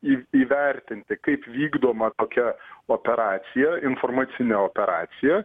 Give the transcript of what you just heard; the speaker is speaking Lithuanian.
į įvertinti kaip vykdoma tokia operacija informacinė operacija